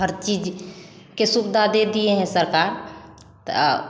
हर चीज के सुविधा दे दिए है सरकार त